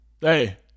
Hey